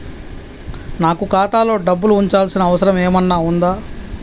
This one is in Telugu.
నాకు ఖాతాలో డబ్బులు ఉంచాల్సిన అవసరం ఏమన్నా ఉందా?